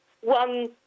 one